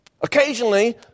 Occasionally